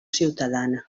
ciutadana